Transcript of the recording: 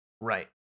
Right